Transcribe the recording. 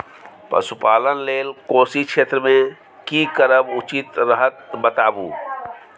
पशुपालन लेल कोशी क्षेत्र मे की करब उचित रहत बताबू?